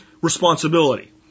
responsibility